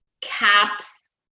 caps